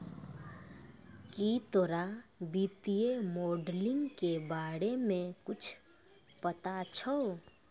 की तोरा वित्तीय मोडलिंग के बारे मे कुच्छ पता छौं